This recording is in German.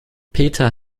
peter